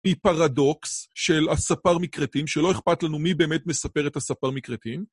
היא פרדוקס של הספר מכרתים, שלא אכפת לנו מי באמת מספר את הספר מכרתים.